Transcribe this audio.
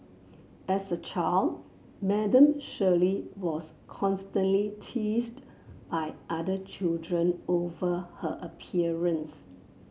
as a child Madam Shirley was constantly teased by other children over her appearance